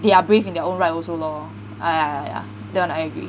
they are brave in their own right also lor I ah yeah yeah that one I agree